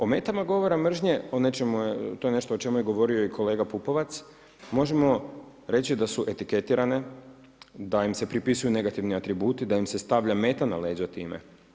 O metama govora mržnje, to je nešto o čemu je govorio i kolega Pupovac, možemo reći da su etiketirane, da im se pripisuju negativni atributi, da im se stavlja meta na leđa time.